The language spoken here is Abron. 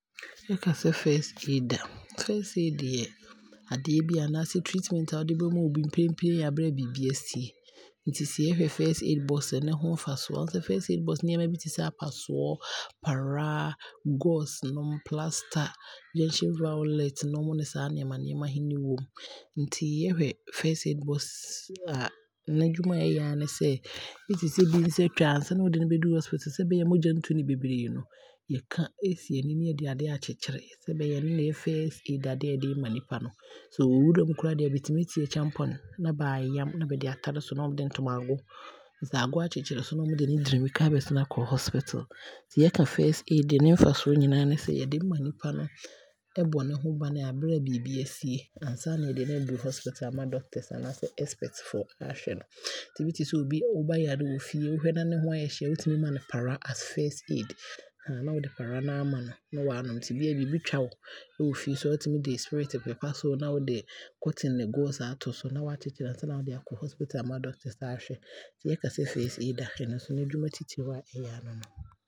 Bɛkasɛ First aid a, First aid yɛ adeɛ bi anaasɛ treatment a wode bɛma obi mprenpren aberɛ a biibi asie, nti sɛ yɛhwɛ First aid box a ne ho mfasoɔ a, waahu sɛ First aid box nneɛma bi te sɛ apasoɔ, para, guaze nom, plaster, gential violet nom ne saa nneɛma nneɛma he ne wɔn. Nti yɛhwɛ First box a n'adwuma a ɛyɛ aa ne sɛ bi te bi nsa aatwa a, ansa na mo de no bɛduru hospital no sɛdeɛ ɛbɛyɛ a mmogya ntu no beberee no yɛka si ani na yɛde adeɛ aakyekyere sɛ ɛbɛyɛ a ɛno na ɛbɛyɛ First aid' adeɛ a yɛde ɛɛma nipa no. Sɛ ɔwɔ wuram koraa deɛ a bɛtumi te akyeampɔn ahane na baayam ne bɛde aatare so, na ɔmo de ntomago, na ɔmo de nsaago aakyekyere ne ɔmo de mmirika de no aabɛsene aakɔ hospital. Nti yɛka First aid a ne mfasoɔ nyinaa ne sɛ yɛde ma nnipa no ɛbɔ ne ho bane Aberɛ biibi asie ansaa na bɛde no aakɔ hospital ama doctors anaa expects wahwɛ no. Nti bi te sɛ wo wɔ fie woba yare wɔ fie na ne ho aayɛ hye a wobɛtumi aama no para as First aid, na wode para no aama no na wanom, nti bia biibi twa wo na wo wɔ fie nso a, wotumi de spirit popa so ne wode guaze ne cotton aato so na waakyekyere ansa na wode aakɔ hospital ama doctors aahwɛ. Nti bɛkasɛ First aid a, n'adwuma titire a ɛyɛ aa ne no.